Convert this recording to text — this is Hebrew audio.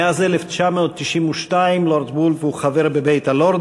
מאז 1992 לורד וולף הוא חבר בבית-הלורדים.